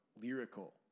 lyrical